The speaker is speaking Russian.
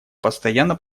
постоянно